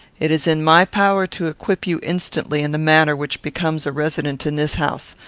it is in my power to equip you instantly in the manner which becomes a resident in this house.